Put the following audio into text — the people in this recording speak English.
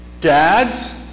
dads